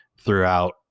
throughout